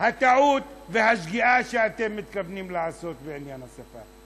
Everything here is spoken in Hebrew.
הטעות והשגיאה שאתם מתכוונים לעשות בעניין השפה.